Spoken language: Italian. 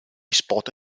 spot